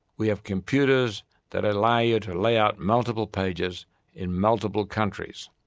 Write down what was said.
we have computers that allow you to lay out multiple pages in multiple countries.